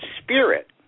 spirit